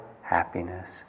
happiness